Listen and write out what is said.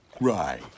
Right